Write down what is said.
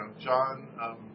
John